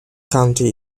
county